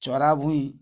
ଚରାଭୂଇଁ